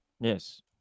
Yes